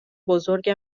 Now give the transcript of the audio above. بزرگ